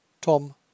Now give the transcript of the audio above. Tom